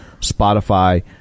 Spotify